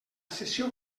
cessió